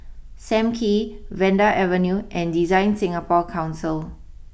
Sam Kee Vanda Avenue and DesignSingapore Council